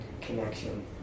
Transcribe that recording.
connection